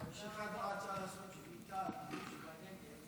יש אחד שרצה לעשות שביתה בשביל הנגב,